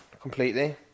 completely